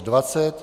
20.